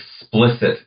explicit